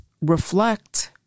reflect